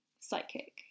psychic